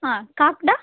ಹಾಂ ಕಾಕಡ